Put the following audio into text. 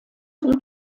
zum